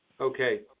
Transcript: Okay